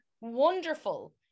wonderful